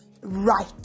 right